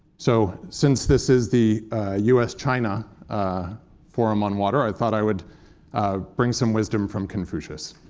so since this is the us-china forum on water, i thought i would ah bring some wisdom from confucius.